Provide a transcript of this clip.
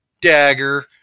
dagger